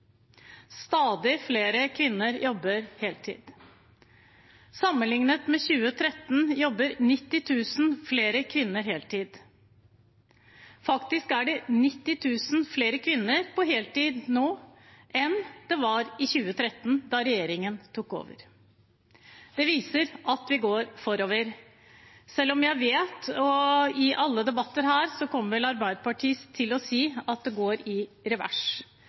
Stadig flere kvinner jobber heltid. Sammenlignet med 2013 jobber 90 000 flere kvinner heltid. Faktisk er det 90 000 flere kvinner på heltid nå enn det var i 2013, da regjeringen tok over. Det viser at vi går forover, selv om jeg vet at i alle debatter her kommer Arbeiderpartiet til å si at det går i revers.